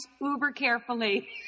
uber-carefully